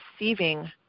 receiving